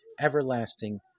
everlasting